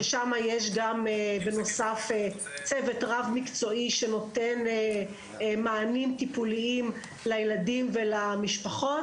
ששם יש בנוסף צוות רב מקצועי שנותן מענים טיפוליים לילדים ולמשפחות,